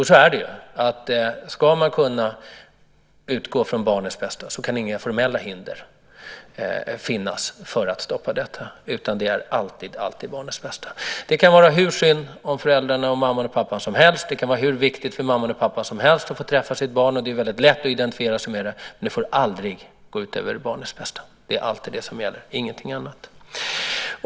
Ska man kunna utgå från barnets bästa kan inga formella hinder finnas för att stoppa detta, utan det handlar alltid om barnets bästa. Det kan vara hur synd om föräldrarna, om mamman och pappan, som helst. Det kan vara hur viktigt som helst för mamman och pappan att få träffa sitt barn. Det är väldigt lätt att identifiera sig med det. Men det får aldrig gå ut över barnets bästa. Det är alltid det som gäller och ingenting annat.